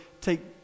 take